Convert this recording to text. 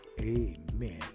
Amen